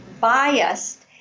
biased